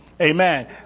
Amen